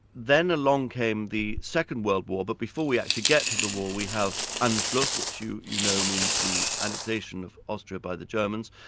then along came the second world war, but before we actually get to the war, we have anschluss, which you you know means the annexation of austria by the germans,